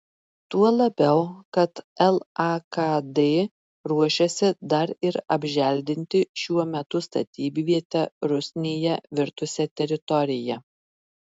tuo labiau kad lakd ruošiasi dar ir apželdinti šiuo metu statybviete rusnėje virtusią teritoriją